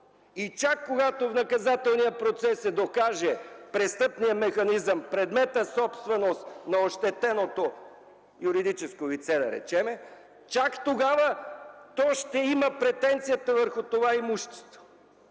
закон. Когато в наказателния процес се докаже престъпният механизъм, предметът собственост на ощетеното юридическо лице, да речем, чак тогава то ще има претенцията върху това имущество.